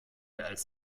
als